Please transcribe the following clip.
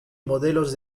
modelos